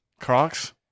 Crocs